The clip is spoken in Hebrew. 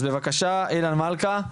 אז בבקשה, אילן מלכה.